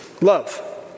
Love